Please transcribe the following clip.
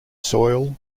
soil